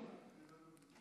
דיפרנציאלית.